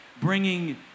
bringing